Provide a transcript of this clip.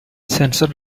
sensor